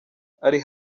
ari